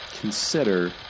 consider